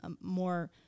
more